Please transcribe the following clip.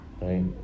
Right